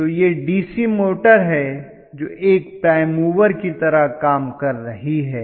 तो यह DC motor है जो एक प्राइम मूवर की तरह काम कर रही है